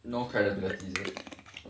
no credibility